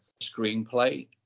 screenplay